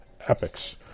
Epics